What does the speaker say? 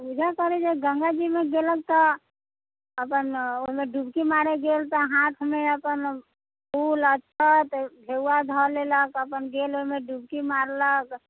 पूजा करै जे गङ्गाजीमे गेलोँ तऽ अपन ओहिमे डुबकी मारै गेल तऽ हाथमे अपन फूल अक्षत ढौआ धऽ लेलक अपन गेल ओहिमे डुबकी मारलक